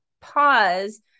pause